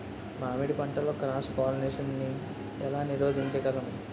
మామిడి పంటలో cross pollination నీ ఏల నీరోధించగలము?